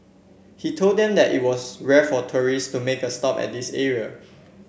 he told them that it was rare for tourist to make a stop at this area